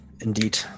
indeed